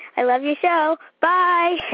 i love your show. bye.